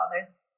others